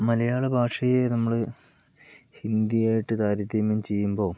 മലയാളഭാഷയെ നമ്മള് ഹിന്ദിയായിട്ട് താരതമ്യം ചെയ്യുമ്പോൾ